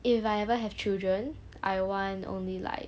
if I ever have children I want only like